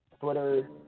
Twitter